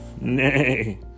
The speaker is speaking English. nay